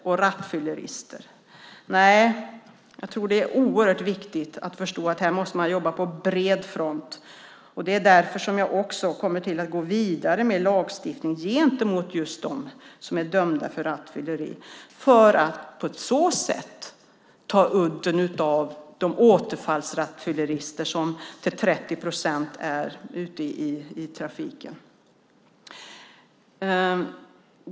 Jag tror att det är oerhört viktigt att inse att man här måste jobba på bred front. Därför kommer jag också att gå vidare med lagstiftning gentemot just dem som är dömda för rattfylleri för att på så sätt ta udden av återfallsrattfylleristerna, som utgör 30 procent av de rattfyllerister som grips ute i trafiken.